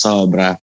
Sobra